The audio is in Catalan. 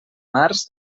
març